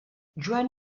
joan